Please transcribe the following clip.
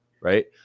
right